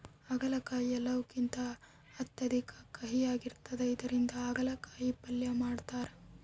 ಆಗಲಕಾಯಿ ಎಲ್ಲವುಕಿಂತ ಅತ್ಯಧಿಕ ಕಹಿಯಾಗಿರ್ತದ ಇದರಿಂದ ಅಗಲಕಾಯಿ ಪಲ್ಯ ಮಾಡತಾರ